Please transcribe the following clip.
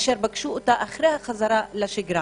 אשר ביקשו אותה אחרי החזרה לשגרה.